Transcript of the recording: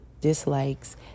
dislikes